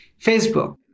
Facebook